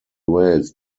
wales